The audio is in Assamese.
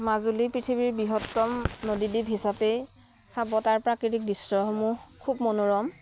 মাজুলী পৃথিৱীৰ বৃহত্তম নদীদ্বীপ হিচাপেই চাব তাৰ প্ৰাকৃতিক দৃশ্যসমূহ খুব মনোৰম